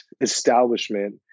establishment